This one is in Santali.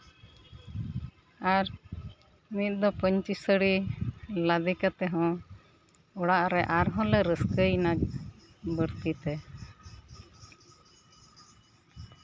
ᱟᱨ ᱢᱤᱫ ᱫᱚ ᱯᱟᱹᱧᱪᱤ ᱥᱟᱹᱲᱤ ᱞᱟᱫᱮ ᱠᱟᱛᱮ ᱦᱚᱸ ᱚᱲᱟᱜ ᱨᱮ ᱟᱨᱦᱚᱸ ᱞᱮ ᱨᱟᱹᱥᱠᱟᱹᱭᱮᱱᱟ ᱵᱟᱹᱲᱛᱤ ᱛᱮ